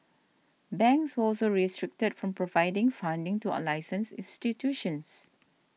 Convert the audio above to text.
banks were also restricted from providing funding to unlicensed institutions